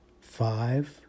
Five